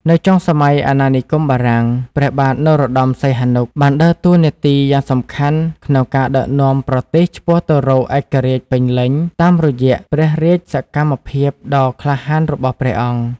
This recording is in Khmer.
នៅចុងសម័យអាណានិគមបារាំង ព្រះបាទនរោត្ដម សីហនុ បានដើរតួនាទីយ៉ាងសំខាន់ក្នុងការដឹកនាំប្រទេសឆ្ពោះទៅរកឯករាជ្យពេញលេញ តាមរយៈព្រះរាជសកម្មភាពដ៏ក្លាហានរបស់ព្រះអង្គ។